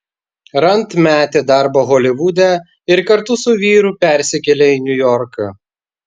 rand metė darbą holivude ir kartu su vyru persikėlė į niujorką